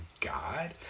God